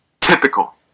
typical